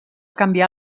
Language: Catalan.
canviar